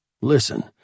listen